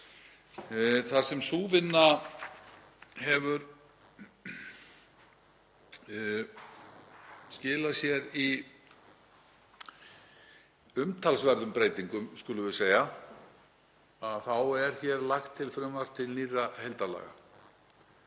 Þar sem sú vinna hefur skilað sér í umtalsverðum breytingum, skulum við segja, þá er hér lagt til frumvarp til nýrra heildarlaga.